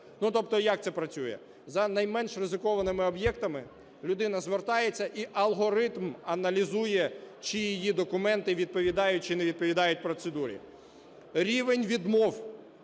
Тобто як це працює? За найменш ризикованими об'єктами людина звертається - і алгоритм аналізує, чи її документи відповідають, чи не відповідають процедурі. Рівень відмов